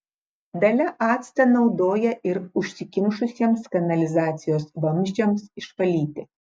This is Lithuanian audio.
dalia actą naudoja ir užsikimšusiems kanalizacijos vamzdžiams išvalyti